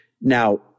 Now